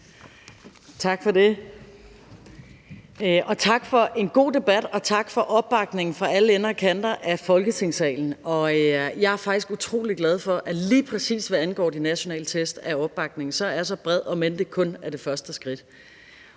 Tak for det. Og tak for en god debat og opbakning fra alle ender og kanter af Folketingssalen. Jeg er faktisk utrolig glad for, at lige præcis hvad angår de nationale test, er opbakningen så bred, om end det kun er det første skridt.